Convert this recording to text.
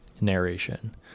narration